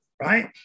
right